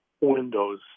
windows